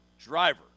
driver